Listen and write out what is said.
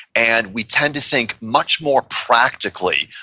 and we tend to think much more practically,